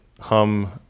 hum